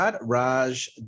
Raj